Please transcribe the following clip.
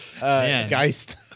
Geist